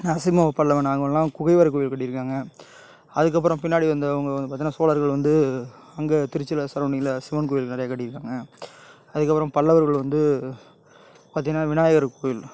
நரசிம்மப் பல்லவன் அவங்கள்லாம் குகைவரக்கோவில் கட்டியிருக்காங்க அதுக்கப்புறம் பின்னாடி வந்தவங்க வ பார்த்தின்னா சோழர்கள் வந்து அங்கே திருச்சியில் சரௌன்டிங்கில் சிவன் கோயில் நிறையா கட்டியிருக்புபறம் பல்லவர்கள் வந்து பார்த்தின்னா விநாயகர் கோயில்